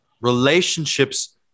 relationships